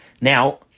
Now